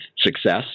success